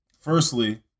firstly